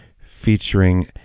featuring